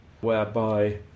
whereby